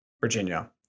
Virginia